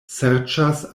serĉas